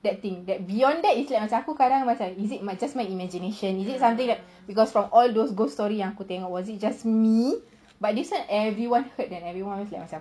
that thing that beyond that macam aku kadang is it my just my imagination is it something that because from all those ghost story yang aku tengok or was it just me but this [one] everyone heard and everyone was like macam